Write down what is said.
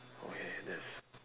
okay that's